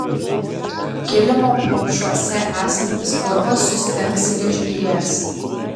kilimo plaušuose esantis purvas sustings ir išbyrės